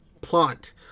plot